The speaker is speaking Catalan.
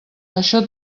això